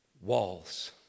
Walls